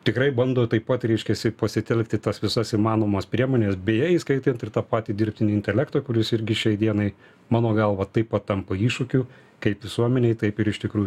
tikrai bando taip pat reiškiasi pasitelkti tas visas įmanomas priemones beje įskaitant ir tą patį dirbtinį intelektą kuris irgi šiai dienai mano galva taip pat tampa iššūkiu kaip visuomenei taip ir iš tikrųjų